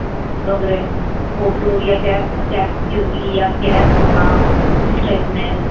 वगैरह ऑटो या टैक्सी होगी या कैब होगा किस टाइप में